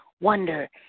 wonder